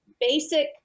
basic